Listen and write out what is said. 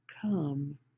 come